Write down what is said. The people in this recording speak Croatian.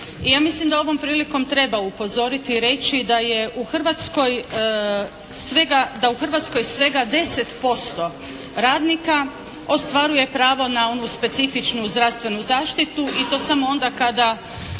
ja mislim da ovom prilikom treba upozoriti i reći da je u Hrvatskoj, da u Hrvatskoj svega 10% radnika ostvaruje pravo na onu specifičnu zdravstvenu zaštitu i to samo onda kada